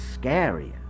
scarier